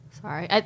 sorry